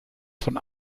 von